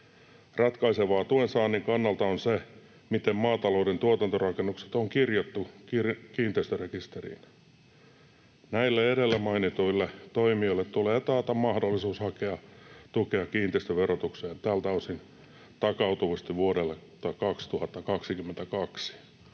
Ratkaisevaa tuen saannin kannalta on se, miten maatalouden tuotantorakennukset on kirjattu kiinteistörekisteriin. Näille edellä mainituille toimijoille tulee taata mahdollisuus hakea tukea kiinteistöverotukseen tältä osin takautuvasti vuodelta 2022.